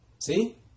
See